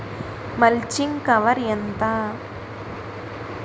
Mulching cover ఎంత?